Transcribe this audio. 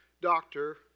doctor